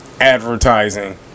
advertising